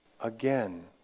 again